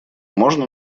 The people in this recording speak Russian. можно